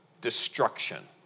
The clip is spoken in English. destruction